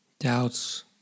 Doubts